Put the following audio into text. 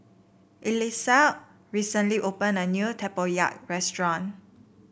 Elissa recently opened a new tempoyak restaurant